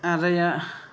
आदाया